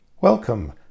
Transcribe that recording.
Welcome